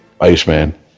Iceman